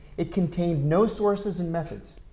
it contained no sources and methods.